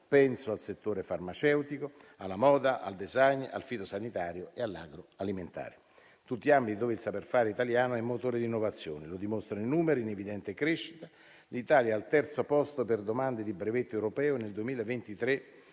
Penso al settore farmaceutico, alla moda, al *design*, al fitosanitario e all'agroalimentare: tutti ambiti in cui il saper fare italiano è motore di innovazione, e lo dimostrano i numeri in evidente crescita. L'Italia è al terzo posto per domande di brevetto europeo. Nel 2023